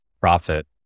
profit